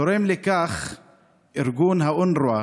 תורם לכך ארגון אונר"א,